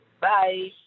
Bye